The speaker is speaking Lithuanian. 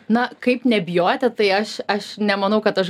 na kaip nebijoti tai aš aš nemanau kad aš